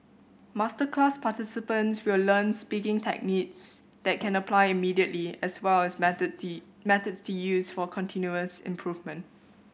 masterclass participants will learn speaking techniques they can apply immediately as well as methods methods to use for continuous improvement